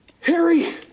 Harry